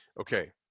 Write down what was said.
Okay